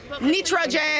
nitrogen